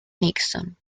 nixon